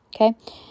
Okay